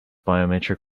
biometric